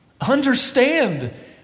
Understand